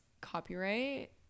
copyright